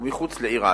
ומחוץ לעיר העתיקה.